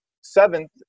seventh